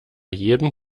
jedem